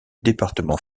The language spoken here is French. département